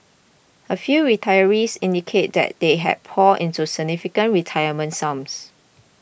a few retirees indicated that they had poured in significant retirement sums